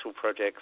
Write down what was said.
projects